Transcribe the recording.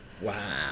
Wow